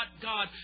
God